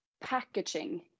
packaging